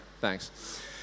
thanks